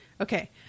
Okay